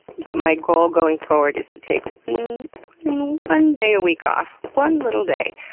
but my goal going forward is to take one one day a week off. one little day.